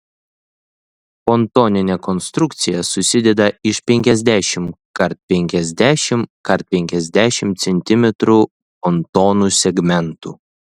pontoninė konstrukcija susideda iš penkiasdešimt kart penkiasdešimt kart penkiasdešimt centimetrų pontonų segmentų